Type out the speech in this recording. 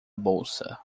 bolsa